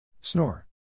Snore